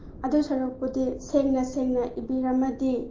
ꯑꯗꯨ ꯁꯔꯨꯛꯄꯨꯗꯤ ꯁꯦꯡꯅ ꯁꯦꯡꯅ ꯏꯕꯤꯔꯝꯃꯗꯤ